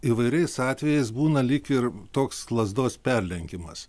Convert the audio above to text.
įvairiais atvejais būna lyg ir toks lazdos perlenkimas